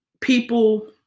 People